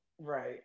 right